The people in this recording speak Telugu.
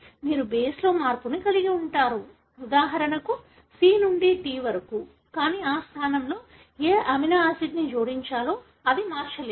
మీరు బేస్లో మార్పును కలిగి ఉంటారు ఉదాహరణకు C నుండి T వరకు కానీ ఆ స్థానంలో ఏ అమినోఆసిడ్ ను జోడించాలో అది మార్చలేదు